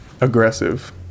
aggressive